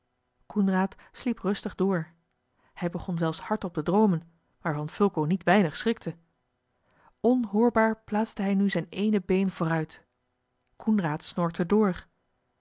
coenraad sliep rustig door hij begon zelfs hardop te droomen waarvan fulco niet weinig schrikte onhoorbaar plaatste hij nu zijn ééne been vooruit coenraad snorkte door